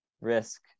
risk